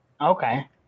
Okay